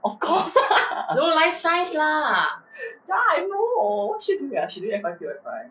of course ah ya I know what's she doing ah she doing F_Y_P or F_Y_I